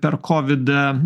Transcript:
per kovidą